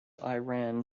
iran